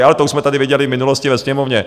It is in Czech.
Ale to už jsme tady viděli v minulosti ve Sněmovně.